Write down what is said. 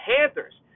Panthers